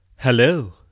Hello